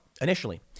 initially